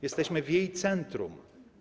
Jesteśmy w jej centrum.